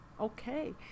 Okay